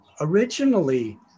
originally